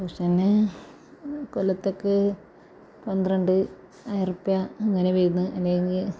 ട്യൂഷന് കൊല്ലത്തേക്ക് പന്ത്രണ്ട് ആയിറുപ്യാ അങ്ങനെ വരുന്നത് അല്ലെങ്കിൽ